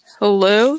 hello